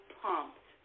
pumped